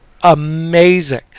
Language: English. amazing